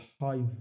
high